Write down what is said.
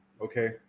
Okay